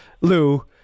Lou